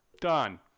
Done